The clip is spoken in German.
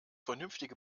vernünftige